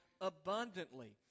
abundantly